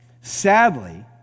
Sadly